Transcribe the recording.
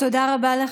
תודה רבה לך.